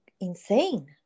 insane